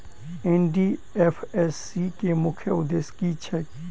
NDFSC केँ मुख्य उद्देश्य की छैक?